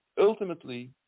ultimately